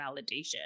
validation